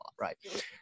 right